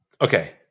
Okay